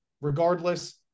regardless